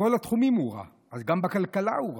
בכל התחומים הוא רע, אז גם בכלכלה הוא רע.